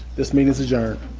this meeting's adjourned.